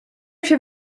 się